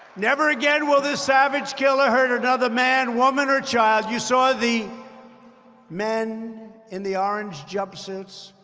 never again will this savage killer hurt another man, woman, or child. you saw the men in the orange jumpsuits